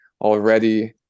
Already